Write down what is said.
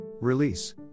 Release